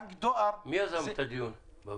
--- מי יזם את הדיון בוועדה?